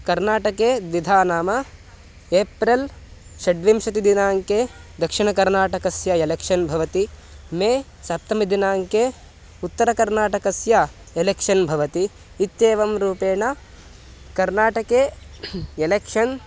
कर्नाटके द्विधा नाम एप्रिल् षड्विंशतिदिनाङ्के दक्षिणकर्नाटकस्य एलेक्षन् भवति मे सप्तमदिनाङ्के उत्तरकर्नाटकस्य एलेक्षन् भवति इत्येवं रूपेण कर्णाटके एलेक्षन्